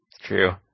True